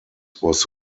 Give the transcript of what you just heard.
was